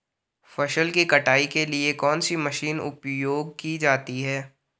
फसल की कटाई के लिए कौन सी मशीन उपयोग की जाती है?